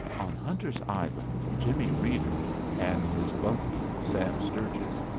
on hunter's island jimmie reeder and his bunkie, sam sturges,